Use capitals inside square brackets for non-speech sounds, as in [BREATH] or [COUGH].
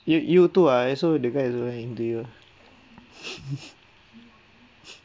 you you too ah I also the guy also ran into you [LAUGHS] [BREATH]